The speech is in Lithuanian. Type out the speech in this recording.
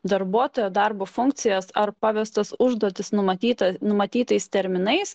darbuotojo darbo funkcijas ar pavestas užduotis numatyta numatytais terminais